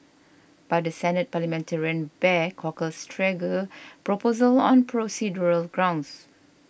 but the senate parliamentarian barred corker's trigger proposal on procedural grounds